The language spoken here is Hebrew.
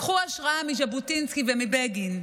קחו השראה מז'בוטינסקי ומבגין,